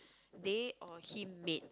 they or him made